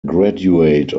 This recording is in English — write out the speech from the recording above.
graduate